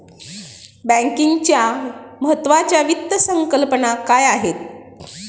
बँकिंगच्या महत्त्वाच्या वित्त संकल्पना काय आहेत?